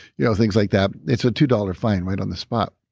you know things like that, it's a two dollars fine right on the spot.